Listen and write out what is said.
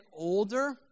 older